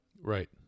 Right